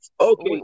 okay